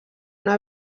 una